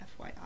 FYI